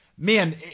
Man